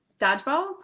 dodgeball